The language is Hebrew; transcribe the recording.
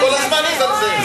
זה כל הזמן יזמזם.